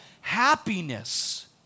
happiness